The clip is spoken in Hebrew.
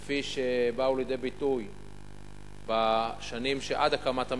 כפי שבאו לידי ביטוי בשנים שעד הקמת הממשלה,